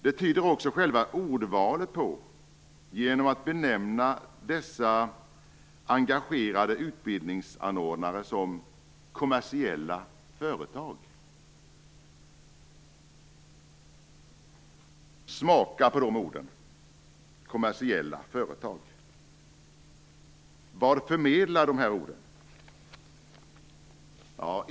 Det tyder också själva ordvalet på. Man benämner dessa engagerade utbildningsanordnare som kommersiella företag. Smaka på de orden! Kommersiella företag. Vad förmedlar dessa ord.